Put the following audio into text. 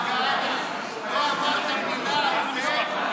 מה זה כמה חברי כנסת,